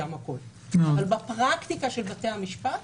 אבל הפרקטיקה של בתי המשפט,